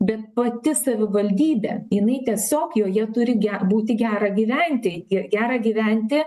bet pati savivaldybė jinai tiesiog joje turi ge būti gera gyventi ir gera gyventi